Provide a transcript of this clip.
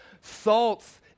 salt's